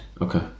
okay